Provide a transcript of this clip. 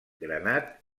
granat